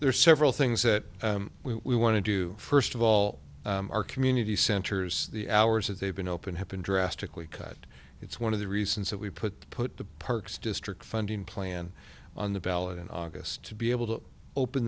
are several things that we want to do first of all our community centers the hours that they've been open have been drastically cut it's one of the reasons that we put the put the parks district funding plan on the ballot in august to be able to open